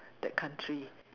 that country